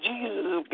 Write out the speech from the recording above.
Jesus